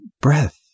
breath